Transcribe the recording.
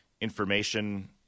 Information –